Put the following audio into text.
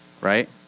Right